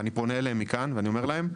ואני פונה אליהם מכאן ואני אומר להם,